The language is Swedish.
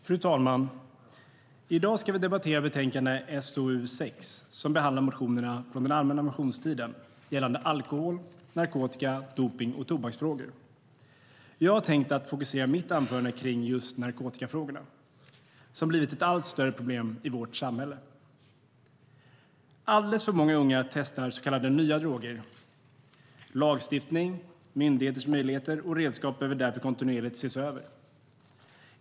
Fru talman! Vi debatterar i dag betänkande SoU6 som behandlar motioner från den allmänna motionstiden gällande alkohol, narkotika, dopnings och tobaksfrågor. Jag tänker i mitt anförande fokusera på bruket av narkotika, som blivit ett allt större problem i vårt samhälle. Alldeles för många unga testar så kallade nya droger. Lagstiftning, myndigheters möjligheter och redskap behöver därför kontinuerligt ses över.